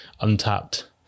untapped